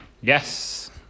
Yes